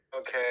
Okay